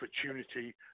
opportunity